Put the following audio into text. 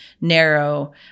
narrow